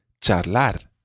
charlar